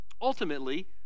Ultimately